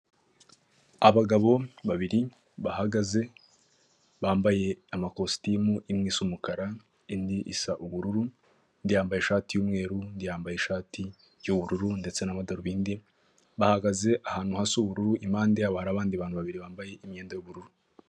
Abagabo babiri bahagaze bambaye amakositimu imwe isa umukara, indi isa ubururu undi yambaye ishati y'umweru undi yambaye ishati y'ubururu ndetse n'amadarubindi. Bahagaze ahantu hasa ubururu, impande yabo hari abandi bantu babiri bambaye imyenda y'ubururu.